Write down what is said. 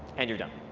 and you're done.